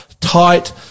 tight